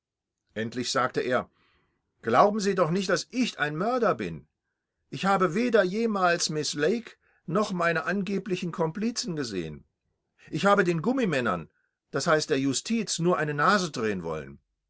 endlich sagte er glauben sie doch nicht daß ich ein mörder bin ich habe weder jemals miß lake noch meine angeblichen komplicen gesehen ich habe den gummimänner d h der justiz nur eine nase drehen wollen